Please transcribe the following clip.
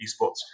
esports